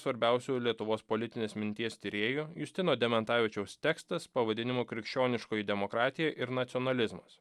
svarbiausių lietuvos politinės minties tyrėjų justino dementavičiaus tekstas pavadinimu krikščioniškoji demokratija ir nacionalizmas